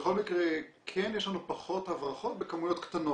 בכל מקרה, כן יש לנו פחות הברחות בכמויות קטנות.